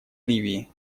ливии